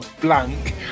blank